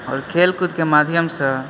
आओर खेल कूदके माध्यम सॅं